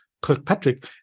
Kirkpatrick